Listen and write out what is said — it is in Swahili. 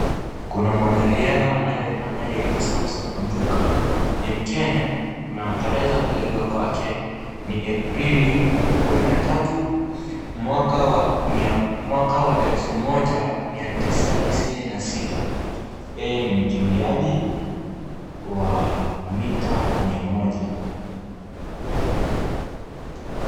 Kuna mwanariadha anayeitwa Samson Ochuka ni mkenya, na tarehe za kuzaliwa kwake ni Aprili kumi na tatu mwaka wa elfu moja mia tisa tisini na sita yeye ni mkimbiaji wa mita mia moja.